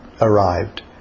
arrived